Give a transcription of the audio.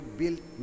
built